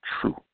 true